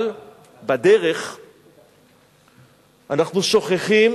אבל בדרך אנחנו שוכחים